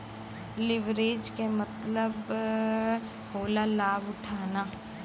leverage के मतलब होला लाभ उठाना